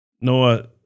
Noah